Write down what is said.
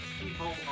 people